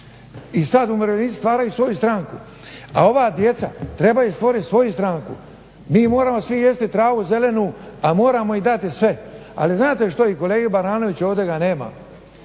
I sada umirovljenici stvaraju svoju stranku, a ova djeca trebaju stvoriti svoju stanku. Mi moramo jesti svi travu zelenu ali moramo im dati sve. Ali znate što i kolegi Baranoviću ovdje ga nema,